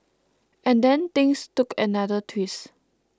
and then things took another twist